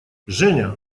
женя